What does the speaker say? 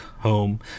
home